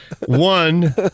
One